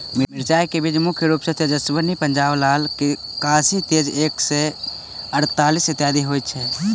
मिर्चा केँ बीज मुख्य रूप सँ तेजस्वनी, पंजाब लाल, काशी तेज एक सै अड़तालीस, इत्यादि होए छैथ?